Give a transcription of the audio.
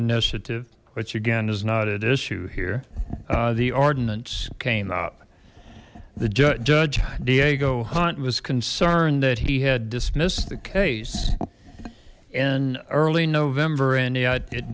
initiative which again is not at issue here the ordinance came up the judge diego hunt was concerned that he had dismissed the case in early november and